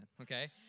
okay